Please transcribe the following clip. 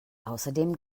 außerdem